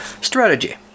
Strategy